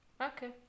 Okay